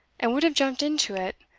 and would have jumped into it,